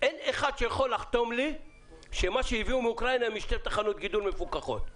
אין אחד שיכול לחתום לי שמה שהביאו מאוקראינה משתי תחנות גידול מפוקחות.